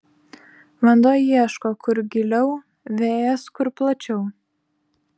vanduo ieško kur giliau vėjas kur plačiau